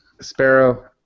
Sparrow